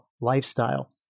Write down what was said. lifestyle